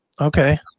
Okay